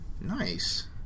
Nice